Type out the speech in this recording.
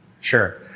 Sure